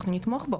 אנחנו נתמוך בו.